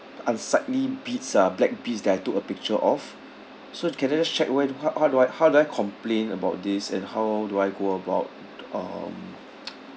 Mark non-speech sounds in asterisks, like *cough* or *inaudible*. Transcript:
unsightly bits ah black bits that I took a picture of so j~ can I just check where how how do I how do I complain about this and how do I go about um *noise*